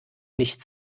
nicht